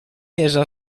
jeża